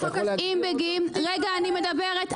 חוק השבות --- רגע, אני מדברת.